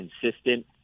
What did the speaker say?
consistent